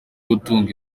gutunga